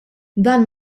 dan